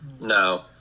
No